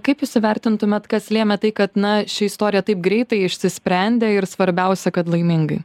kaip jūs įvertintumėt kas lėmė tai kad na ši istorija taip greitai išsisprendė ir svarbiausia kad laimingai